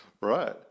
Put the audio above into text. Right